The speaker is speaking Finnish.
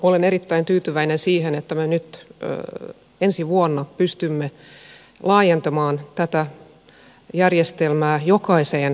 olen erittäin tyytyväinen siihen että me nyt ensi vuonna pystymme laajentamaan tätä järjestelmää jokaiseen käräjäoikeuteen